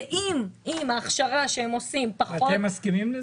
ואם ההכשרה שהם עושים --- ואתם מסכימים לזה?